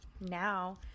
now